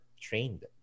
trained